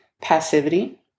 passivity